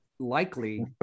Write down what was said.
likely